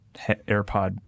AirPod